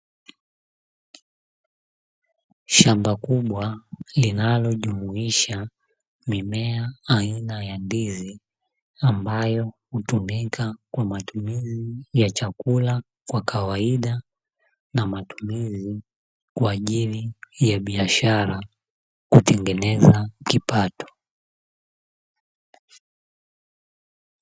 Shamba kubwa linalojumuisha mimea aina ya ndizi ambayo hutumika kwa matumizi ya chakula kwa kawaida na matumizi kwa ajili ya biashara kutengeneza kipato.